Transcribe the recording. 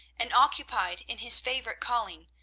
and occupied in his favourite calling,